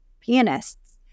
pianists